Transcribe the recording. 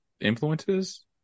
influences